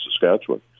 Saskatchewan